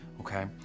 Okay